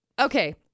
Okay